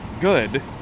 good